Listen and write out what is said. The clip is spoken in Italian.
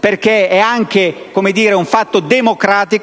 È anche un segno di democrazia